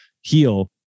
heal